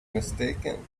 mistaken